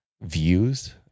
views